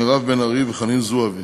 מירב בן ארי וחנין זועבי,